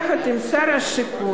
יחד עם שר השיכון,